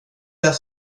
det